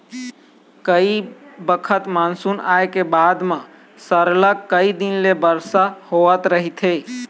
कइ बखत मानसून आए के बाद म सरलग कइ दिन ले बरसा होवत रहिथे